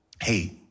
hey